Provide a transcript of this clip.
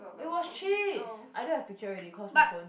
it was cheese I don't have picture already cause my phone